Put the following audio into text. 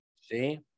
See